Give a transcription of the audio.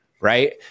right